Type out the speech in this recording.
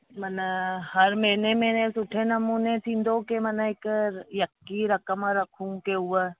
मन हर महीने महीने सुठे नमूने थींदो के मना हिकु यकी रक़म रखूं के उहा